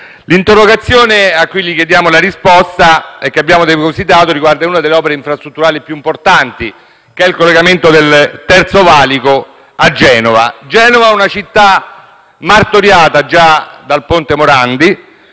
L'interrogazione di cui chiediamo la risposta e che abbiamo depositato riguarda una delle opere infrastrutturali più importanti, che è il collegamento del Terzo valico a Genova. Genova è una città già martoriata dal crollo del ponte Morandi;